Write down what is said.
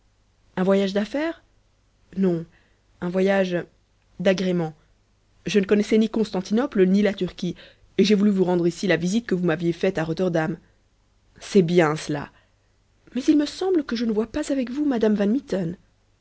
un voyage d'affaires non un voyage d'agrément je ne connaissais ni constantinople ni la turquie et j'ai voulu vous rendre ici la visite que vous m'aviez faite à rotterdam c'est bien cela mais il me semble que je ne vois pas avec vous madame